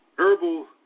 Herbal